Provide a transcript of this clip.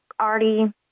already